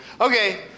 Okay